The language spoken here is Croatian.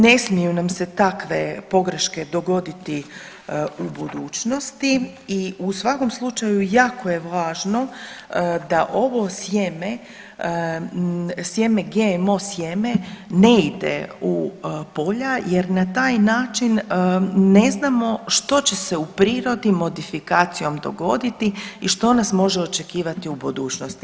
Ne smiju nam se takve pogreške dogoditi u budućnosti i u svakom slučaju jako je važno da ovo sjeme, sjeme GMO sjeme ne ide u polja jer na taj način ne znamo što će se u prirodi modifikacijom dogoditi i što nas može očekivati u budućnosti.